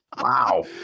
Wow